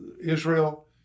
Israel